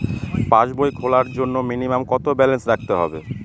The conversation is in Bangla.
পাসবই খোলার জন্য মিনিমাম কত ব্যালেন্স রাখতে হবে?